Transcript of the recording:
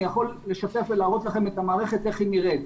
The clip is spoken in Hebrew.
יכול לשתף ולהראות לכם את המערכת איך היא נראית.